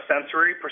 sensory